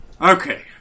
okay